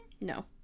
No